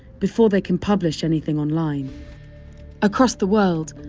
before they can publish anything online across the world,